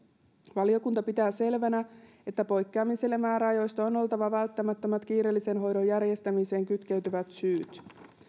valiokunta pitää selvänä että poikkeamiselle määräajoista on oltava välttämättömät kiireellisen hoidon järjestämiseen kytkeytyvät syyt